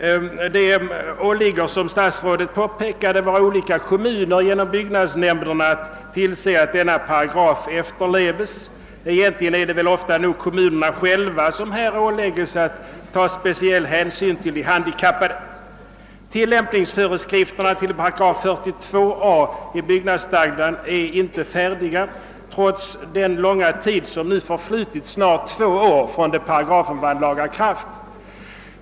Det åligger som statsrådet påpekat våra olika kommuner att genom byggnadsnämnderna tillse att denna paragraf i byggnadsstadgan efterleves. Egentligen är det väl ofta nog kommunerna själva som ålägges att ta speciell hänsyn till de handikappade. Tilllämpningsföreskrifterna till 42 a § byggnadsstadgan är inte färdiga, trots den långa tid som nu förflutit, snart två år, från det att paragrafen vann laga kraft.